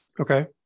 Okay